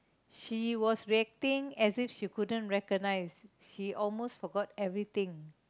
she was reacting as if she couldn't recognise she almost forgot everything